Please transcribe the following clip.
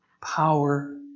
power